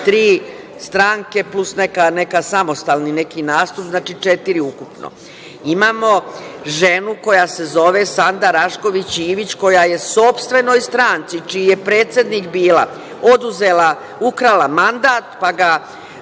tri stranke, plus neki samostalni nastup, znači četiri ukupno. Imamo ženu koja se zove Sanda Rašković Ivić koja je sopstvenoj stranci čiji je predsednik bila, oduzela, ukrala mandat, pa ga